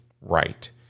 right